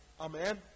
Amen